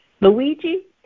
Luigi